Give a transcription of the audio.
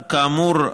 כאמור,